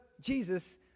Jesus